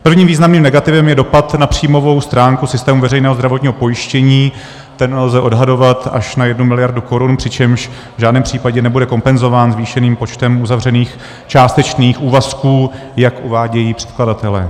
Prvním významným negativem je dopad na příjmovou stránku systému veřejného zdravotního pojištění, ten lze odhadovat až na jednu miliardu korun, přičemž v žádném případě nebude kompenzován zvýšeným počtem uzavřených částečných úvazků, jak uvádějí předkladatelé.